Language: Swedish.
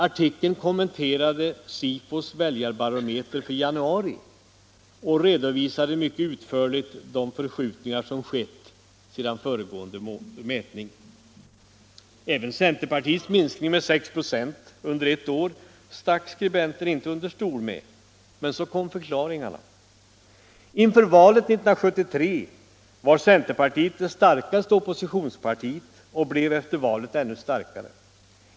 Artikeln kommenterade SIFO:s valbarometer för januari och redovisade mycket utförligt de förskjutningar som skett sedan föregående mätning. Inte heller centerpartiets minskning med 6 8 under ett år stack skribenten under stol med. Men så kom förklaringarna! Inför valet 1973 var centerpartiet det starkaste oppositionspartiet och blev efter valet ännu starkare.